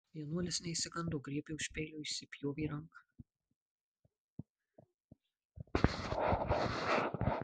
vienuolis neišsigando griebė už peilio įsipjovė ranką